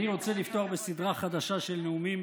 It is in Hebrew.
אני רוצה לפתוח בסדרה חדשה של נאומים.